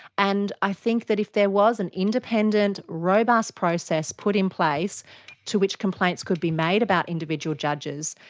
and i think that if there was an independent robust process put in place to which complaints could be made about individual judges,